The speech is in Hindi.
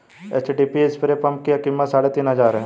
एचटीपी स्प्रे पंप की कीमत साढ़े तीन हजार है